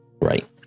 right